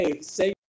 say